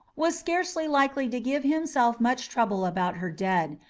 was scarcely likely to give himself much trouble about her dead,